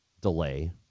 delay